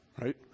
right